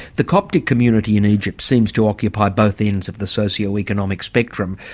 the coptic community in egypt seems to occupy both ends of the socio-economic spectrum.